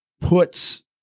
puts